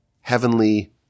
heavenly